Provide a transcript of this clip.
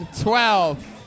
twelve